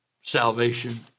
Salvation